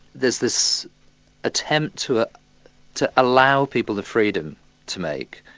there's this attempt to ah to allow people the freedom to make,